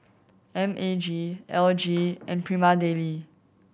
M A G L G and Prima Deli